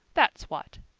that's what.